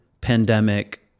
pandemic